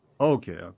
Okay